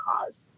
cause